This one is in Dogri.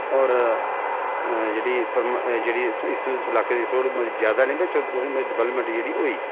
होर जेह्ड़ी परमा जेह्ड़ी इस इस लाके दी थोह्ड़ी मती जैदा निं पर थोह्ड़ी मती डवैलमैंट जेह्ड़ी होई